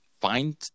find